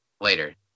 later